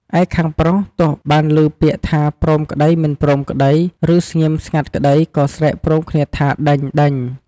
ឯខាងប្រុសទោះបានឮពាក្យថា ព្រមក្តី មិនព្រមក្តី ឬស្ងៀមស្ងាត់ក្តី ក៏ស្រែកព្រមគ្នាថា ដេញៗ។